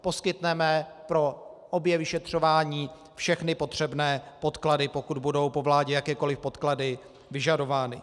Poskytneme pro obě vyšetřování všechny potřebné podklady, pokud budou po vládě jakékoli podklady vyžadovány.